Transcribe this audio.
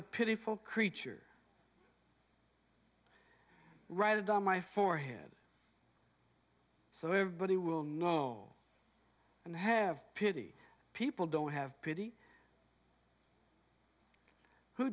a pitiful creature write it on my forehead so everybody will know and have pity people don't have pity who